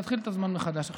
תתחיל את הזמן מחדש עכשיו.